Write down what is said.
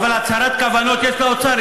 אבל הצהרת כוונות יש לאוצר?